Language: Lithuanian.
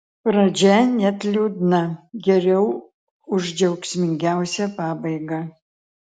pradžia net liūdna geriau už džiaugsmingiausią pabaigą